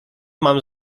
mam